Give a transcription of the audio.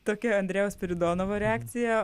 tokia andrejaus spiridonovo reakcija